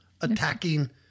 attacking